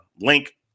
link